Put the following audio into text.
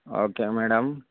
okay madam